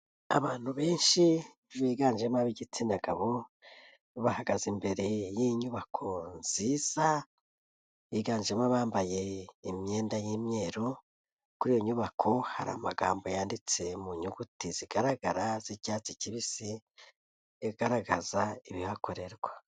Abantu benshi biganjemo ab'igitsina gabo bahagaze imbere y'inyubako nziza, biganjemo abambaye imyenda y'imyeru, kuri iyo nyubako hari amagambo yanditse mu nyuguti zigaragara z'icyatsi kibisi igaragaza ibihakorerwa.